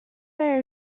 may